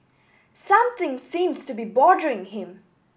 something seems to be bothering him